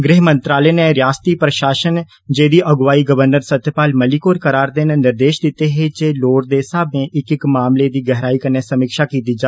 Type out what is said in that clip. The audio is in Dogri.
गृहमंत्रालय ने रियासती प्रशासन जेह्ड़ी अगुवाई गवर्नर सत्यपाल मलिक होर करा करदे न निर्देश दित्ते हे जे लोड़ दे स्हाबे इक इक मामले दी गहराई कन्नै समीक्षा कीती जा